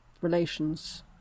relations